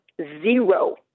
zero